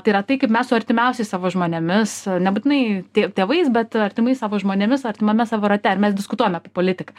tai yra tai kaip mes su artimiausiais savo žmonėmis nebūtinai tie tėvais bet artimais savo žmonėmis artimame savo rate ar mes diskutuojame apie politiką